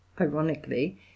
ironically